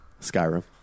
skyrim